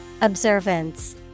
Observance